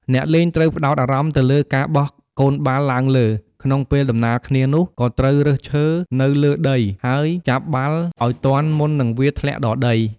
អ្នកលេងត្រូវផ្តោតអារម្មណ៍ទៅលើការបោះកូនបាល់ឡើងលើ ក្នុងពេលដំណាលគ្នានោះក៏ត្រូវរើសឈើនៅលើដី ហើយចាប់បាល់ឲ្យទាន់មុននឹងវាធ្លាក់ដល់ដី។